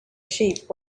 sheep